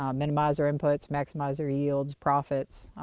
um minimize their inputs, maximize their yields, profits,